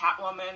Catwoman